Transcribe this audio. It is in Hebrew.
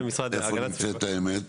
איפה נמצאת האמת?